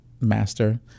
master